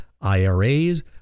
IRAs